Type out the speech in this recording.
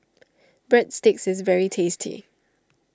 Breadsticks is very tasty